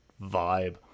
vibe